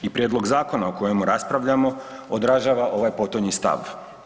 I prijedlog zakona o kojemu raspravljamo odražava ovaj potonji stav.